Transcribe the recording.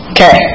Okay